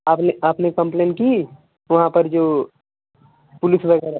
आपने आपने कंप्लेन की वहाँ पर जो पुलिस वगैरह